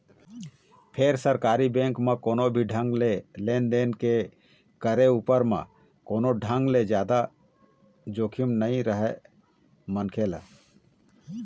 फेर सरकारी बेंक म कोनो भी ढंग ले लेन देन के करे उपर म कोनो ढंग ले जादा जोखिम नइ रहय मनखे ल